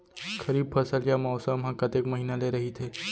खरीफ फसल या मौसम हा कतेक महिना ले रहिथे?